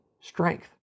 strength